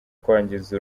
kwangiza